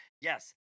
Yes